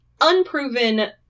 unproven